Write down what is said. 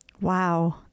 Wow